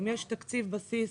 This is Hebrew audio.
יש תקציב בסיס,